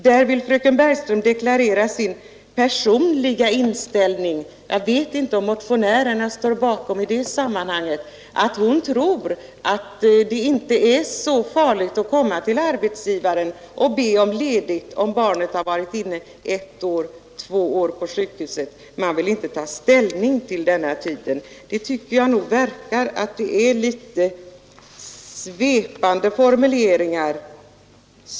Där deklarerade fröken Bergström sin personliga inställning, och jag vet inte om motionärerna står bakom den, att hon inte tror att det är så farligt att komma till arbetsgivaren och be om ledigt, om barnet har legat på sjukhus ett eller två år; man vill där inte ta ställning till tiden. Jag tycker att fröken Bergström använder litet svepande formuleringar.